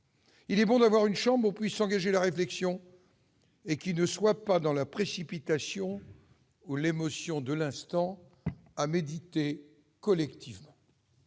Il est bon d'avoir une chambre où peut s'engager la réflexion et qui n'est pas dans la précipitation ou dans l'émotion de l'instant ». Propos à méditer collectivement